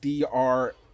DR